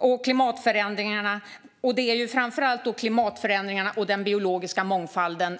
Det är framför allt de mål som gäller klimatförändringarna och den biologiska mångfalden